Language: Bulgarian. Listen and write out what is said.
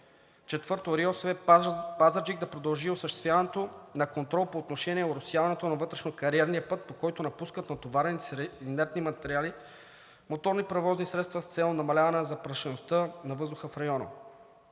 Четвърто, РИОСВ – Пазарджик, да продължи осъществяването на контрола по отношение оросяването на вътрешно-кариерния път, по който напускат натоварените с инертни материали моторни превозни средства с цел намаляване запрашеността на въздуха в района.